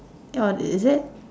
oh i~ is it